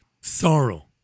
sorrow